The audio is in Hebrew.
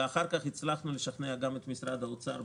ואחר כך הצלחנו לשכנע גם את משרד האוצר,